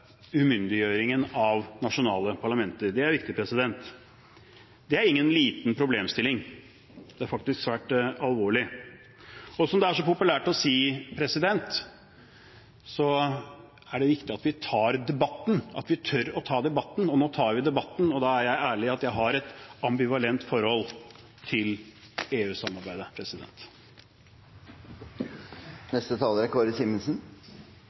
umyndiggjøringen av nasjonale parlamenter. Det er viktig. Det er ingen liten problemstilling. Det er faktisk svært alvorlig. Og som det er så populært å si, er det viktig at vi tar debatten, at vi tør å ta debatten. Nå tar vi debatten, og da er jeg så ærlig å si at jeg har et ambivalent forhold til